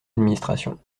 administration